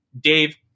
Dave